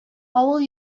авыл